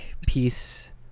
peace